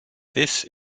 this